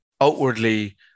outwardly